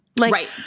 right